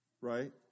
right